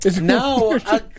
No